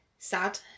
sad